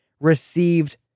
received